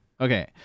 okay